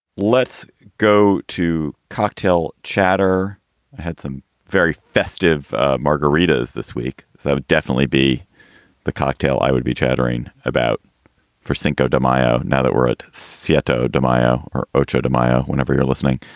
let's go to cocktail chatter i had some very festive margaritas this week, so i would definitely be the cocktail. i would be chattering about for cinco de mayo. now that we're at siento de mayo or otro de mayo, whenever you're listening,